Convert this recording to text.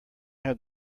have